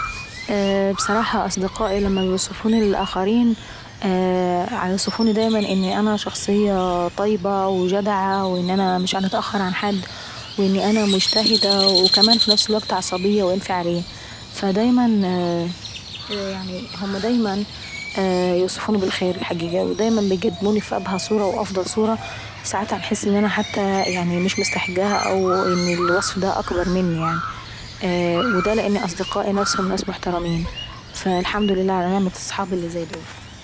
بصراحة لما صحابي يوصفوني للآخرين فهام بيوصفوني دايما انا شخصية طيبة وجدعة وان انا مش عنقدر نتأخر عن حد، واني انا مجتهدة وكمان في نفس الوكت مجتهدة وكمان في نفس الوكت عصبية وانفعالية. فدايما هما دايما بيوصفوني بالخير الحقيقي. ودايما بيقدموني في ابهى صورة وافضل صورة, ساعات باحس ان انا مش مستحقاها او ان الوصف دا اكبر مني يعني. ودا لان اصدقائي نفسهم ناس محترمين. فالحمد لله على نعمة الصحاب اللي زي دول.